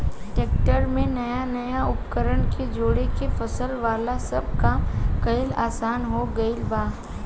tractor में नया नया उपकरण के जोड़ के फसल वाला सब काम कईल आसान हो गईल बा